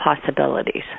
possibilities